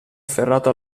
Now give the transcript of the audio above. afferrato